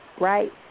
right